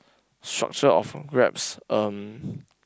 structure of Grabs um